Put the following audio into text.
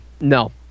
No